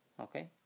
Okay